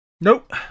nope